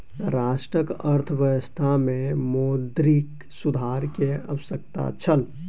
राष्ट्रक अर्थव्यवस्था में मौद्रिक सुधार के आवश्यकता छल